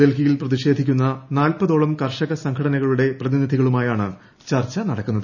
ഡൽഹിയിൽ പ്രതിഷേധിക്കുന്ന നാൽപതോളം കർഷക സംഘടനകളുടെ പ്രതിനിധികളുമായാണ് ചർച്ച നടക്കുന്നത്